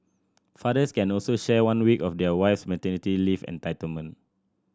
fathers can also share one week of their wife's maternity leave entitlement